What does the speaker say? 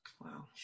Wow